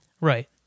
Right